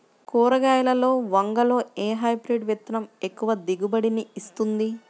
కూరగాయలలో వంగలో ఏ హైబ్రిడ్ విత్తనం ఎక్కువ దిగుబడిని ఇస్తుంది?